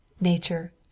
nature